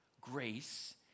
grace